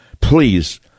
Please